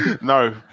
No